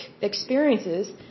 experiences